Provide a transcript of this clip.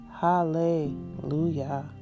Hallelujah